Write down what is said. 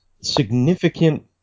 significant